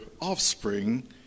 offspring